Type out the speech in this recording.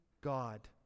God